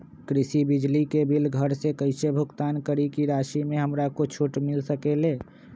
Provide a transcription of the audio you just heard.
कृषि बिजली के बिल घर से कईसे भुगतान करी की राशि मे हमरा कुछ छूट मिल सकेले?